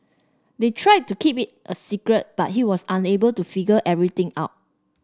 they tried to keep it a secret but he was able to figure everything out